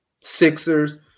Sixers